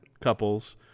couples